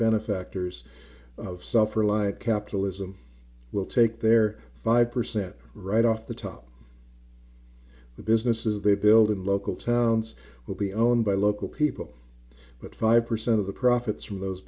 benefactors of suffer like capitalism will take their five percent right off the top the businesses they build in local towns will be owned by local people but five percent of the profits from those